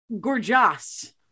gorgeous